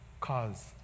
cause